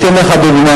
אני אתן לך דוגמה,